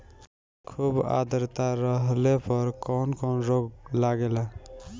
खुब आद्रता रहले पर कौन कौन रोग लागेला?